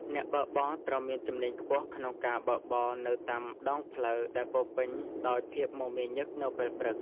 អ្នកបើកបរ ត្រូវមានជំនាញខ្ពស់ក្នុងការបើកបរនៅតាមដងផ្លូវដែលពោរពេញដោយភាពមមាញឹកនៅពេលព្រឹក។